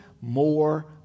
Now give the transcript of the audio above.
more